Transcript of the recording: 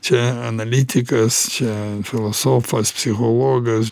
čia analitikas čia filosofas psichologas